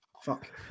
Fuck